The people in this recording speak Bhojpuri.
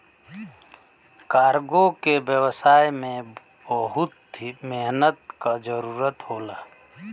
कार्गो के व्यवसाय में बहुत मेहनत क जरुरत होला